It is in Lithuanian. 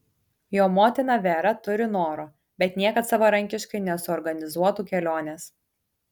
jo motina vera turi noro bet niekad savarankiškai nesuorganizuotų kelionės